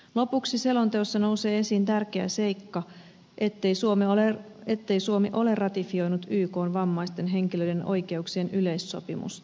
lopuksi selonteossa nousee esiin tärkeä seikka ettei suomi ole ratifioinut vammaisten henkilöiden oikeuksia koskevaa ykn yleissopimusta